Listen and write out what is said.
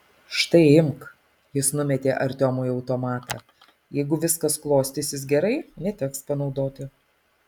štai imk jis numetė artiomui automatą jeigu viskas klostysis gerai neteks panaudoti